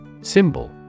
Symbol